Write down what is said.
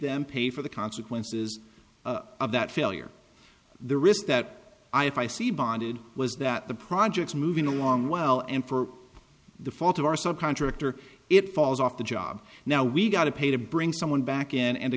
them pay for the consequences of that failure the risk that i if i see bonded was that the projects moving along well and for the fault of our subcontractor it falls off the job now we got to pay to bring someone back in and